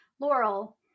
Laurel